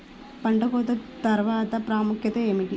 పంట కోత తర్వాత ప్రాముఖ్యత ఏమిటీ?